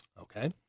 okay